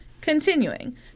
continuing